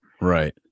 Right